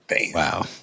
Wow